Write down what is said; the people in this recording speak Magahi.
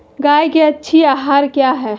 गाय के अच्छी आहार किया है?